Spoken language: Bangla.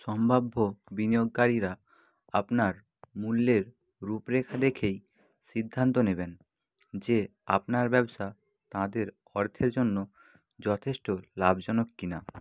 সম্ভাব্য বিনিয়োগকারীরা আপনার মূল্যের রূপরেখা দেখেই সিদ্ধান্ত নেবেন যে আপনার ব্যবসা তাদের অর্থের জন্য যথেষ্ট লাভজনক কি না